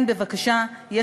287 מיליון ו-359,000 שקלים?